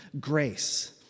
grace